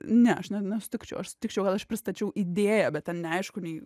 ne aš nesutikčiau aš sutikčiau gal aš pristačiau idėją bet ten neaišku nei